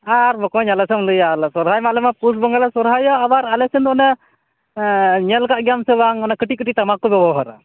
ᱟᱨ ᱵᱚᱠᱚᱧ ᱟᱞᱚᱥᱮᱢ ᱞᱟ ᱭᱟ ᱥᱚᱨᱦᱟᱭ ᱢᱟ ᱟᱞᱮᱢᱟ ᱯᱩᱥ ᱵᱚᱸᱜᱟ ᱞᱮ ᱥᱚᱨᱦᱟᱭᱚᱜᱼᱟ ᱟᱵᱟᱨ ᱟᱞᱮᱥᱮᱱ ᱫᱚ ᱚᱱᱮ ᱧᱮᱞ ᱠᱟᱜ ᱜᱮᱭᱟᱢ ᱥᱮ ᱵᱟᱝ ᱚᱱᱮ ᱠᱟ ᱴᱤᱜ ᱠᱟ ᱴᱤᱜ ᱴᱟᱢᱟᱠ ᱠᱚ ᱵᱮᱣᱦᱟᱨᱟ